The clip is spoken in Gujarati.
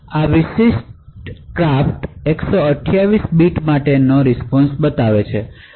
આ 128 બિટ્સ માટેનો રીસ્પોન્શ બતાવે છે